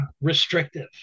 restrictive